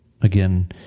again